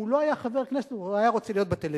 אם הוא לא היה חבר כנסת הוא היה רוצה להיות בטלוויזיה.